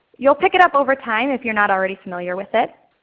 you'll pick it up over time if you're not already familiar with it.